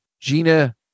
Gina